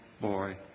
boy